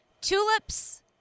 Tulips